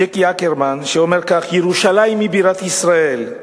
ג'קי אקרמן, שאומר כך: ירושלים היא בירת ישראל.